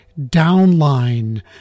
downline